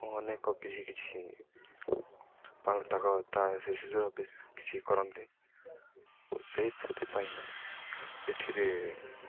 ଓ ଅନେକ କିଛି କିଛି ତା ଶିଶୁର ବି କିଛି କରନ୍ତି ଓ ସେଇ ସେଥିପାଇଁ ଏଥିରେ